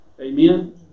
Amen